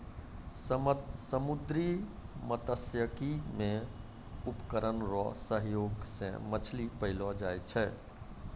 समुन्द्री मत्स्यिकी मे उपकरण रो सहयोग से मछली पाललो जाय छै